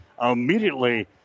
immediately